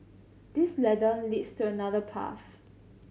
this ladder leads to another path